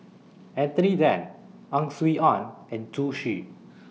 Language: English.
Anthony Then Ang Swee Aun and Zhu Xu